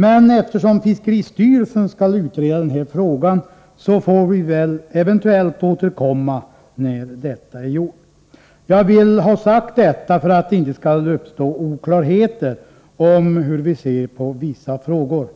Men eftersom fiskeristyrelsen skall utreda den här frågan, får vi väl eventuellt återkomma när detta är gjort. Jag vill ha detta sagt för att det inte skall uppstå oklarheter om hur vi ser på vissa frågor.